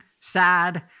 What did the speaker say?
sad